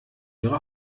ihre